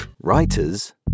Writers